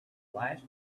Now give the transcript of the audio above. last